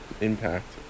Impact